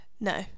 no